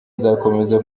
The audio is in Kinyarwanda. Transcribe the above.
nzakomeza